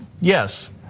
Yes